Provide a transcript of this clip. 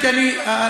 כי אני,